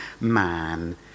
man